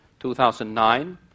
2009